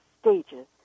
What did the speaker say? stages